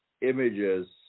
images